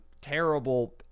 terrible